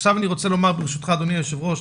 עכשיו אני רוצה לומר ברשותך אדוני היושב-ראש,